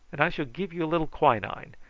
and i shall give you a little quinine.